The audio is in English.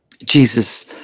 Jesus